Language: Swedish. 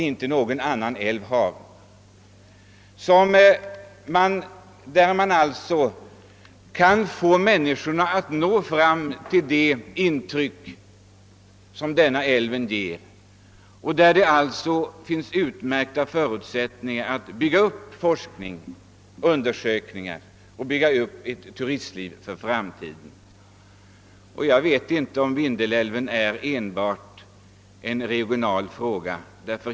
Ingen annan liknande älv har det. Det är alltså möjligt för många människor att nå Vindelälven och uppleva de skönhetsintryck den ger, och det finns även utmärkta förutsättningar att där bygga ut ett turistliv för framtiden samt bedriva forskning och göra undersökningar. Vindelälven kan heller inte anses vara enbart en regional fråga.